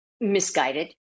Misguided